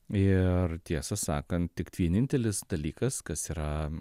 ir tiesą sakant tik vienintelis dalykas kas yra